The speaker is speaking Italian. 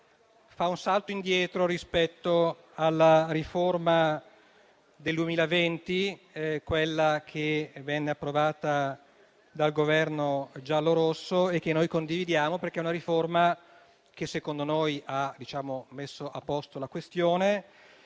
fa un salto indietro rispetto alla riforma del 2020, quella che venne approvata dal Governo giallorosso e che noi condividiamo, perché - a nostro avviso - ha messo a posto la questione.